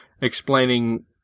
explaining